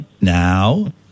Now